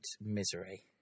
misery